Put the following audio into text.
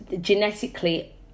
genetically